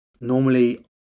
Normally